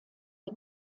die